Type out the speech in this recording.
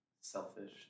Selfish